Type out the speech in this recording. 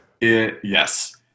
Yes